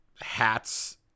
hats